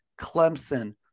Clemson